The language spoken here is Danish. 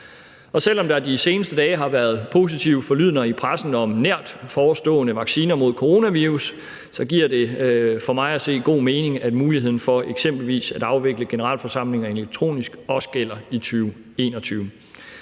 Og selv om der de seneste dage har været positive forlydender i pressen om nært forestående vacciner mod coronavirus, giver det for mig at se god mening, at muligheden for eksempelvis at afvikle generalforsamlinger elektronisk også gælder i 2021.